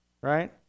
right